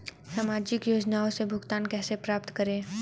सामाजिक योजनाओं से भुगतान कैसे प्राप्त करें?